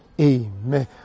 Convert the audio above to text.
amen